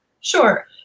sure